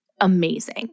Amazing